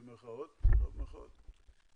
במרכאות או שלא במרכאות,